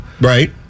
Right